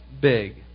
big